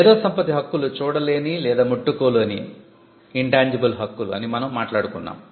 మేధో సంపత్తి హక్కులు చూడలేని లేదా ముట్టుకోలేని హక్కులు అని మనం మాట్లాడుకున్నాం